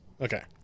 Okay